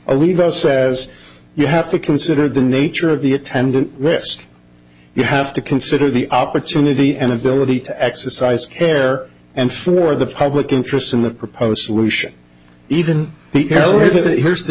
lever says you have to consider the nature of the attendant risk you have to consider the opportunity an ability to exercise care and for the public interest in the proposed solution even here's the